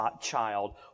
child